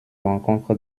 rencontre